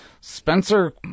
spencer